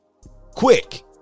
quick